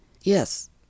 Yes